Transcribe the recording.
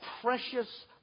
precious